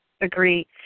agree